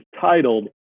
titled